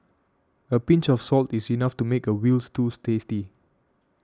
a pinch of salt is enough to make a Veal Stew tasty